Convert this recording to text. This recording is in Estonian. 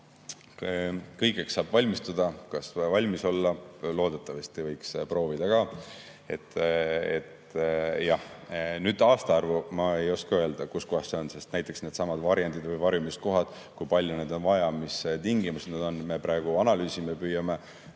Kõigeks saab valmistuda. Kas saab valmis olla? Loodetavasti võiks proovida. Nüüd, aastaarvu ma ei oska öelda, kus kohas see on, sest näiteks needsamad varjendid või varjumiskohad, kui palju neid on vaja, mis tingimustel nad on, seda me praegu analüüsime, püüame